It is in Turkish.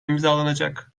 imzalanacak